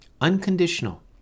unconditional